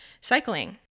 cycling